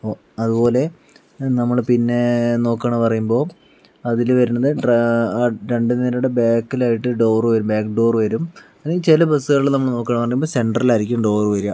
അപ്പോൾ അതുപോലെ നമ്മൾ പിന്നെ നോക്കുവാണ് പറയുമ്പോൾ അതിൽ വരുന്നത് ഡ്ര രണ്ട് നിരയുടെ ബാക്കിലായിട്ട് ഡോറ് വരും ബാക്ക് ഡോറ് വരും ചില ബസുകളിൽ നമ്മൾ നോക്കുവാണെന്ന് പറയുമ്പോൾ സെൻറ്ററിൽ ആയിരിക്കും ഡോറ് വരിക